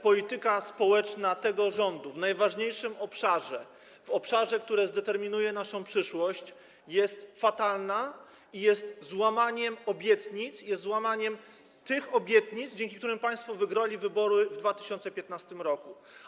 Polityka społeczna tego rządu w najważniejszym obszarze, w obszarze, który zdeterminuje naszą przyszłość, jest fatalna i jest złamaniem tych obietnic, dzięki którym państwo wygrali wybory w 2015 r.